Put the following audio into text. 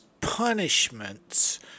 punishments